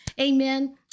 amen